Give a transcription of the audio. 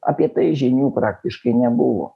apie tai žinių praktiškai nebuvo